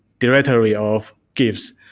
directory of gifs.